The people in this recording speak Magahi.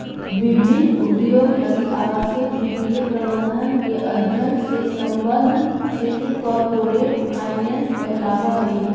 विभिन्न उद्योग लगी आवश्यक वित्तीय प्रबंधन के अध्ययन से संबद्ध क्षेत्र कॉरपोरेट फाइनेंस कहलावऽ हइ